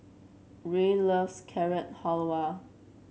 Ruie loves Carrot Halwa